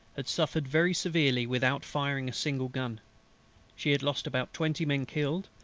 had suffered very severely without firing a single gun she had lost about twenty men killed,